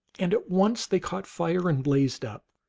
and at once they caught fire and blazed up,